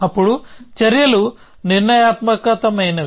అప్పుడు చర్యలు నిర్ణయాత్మకమైనవి